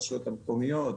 הרשויות המקומיות,